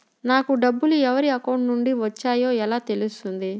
నాకు డబ్బులు ఎవరి అకౌంట్ నుండి వచ్చాయో ఎలా తెలుస్తుంది?